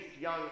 young